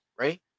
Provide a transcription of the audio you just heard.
right